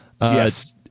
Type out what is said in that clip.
Yes